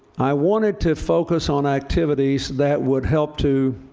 i wanted to focus on activities that would help to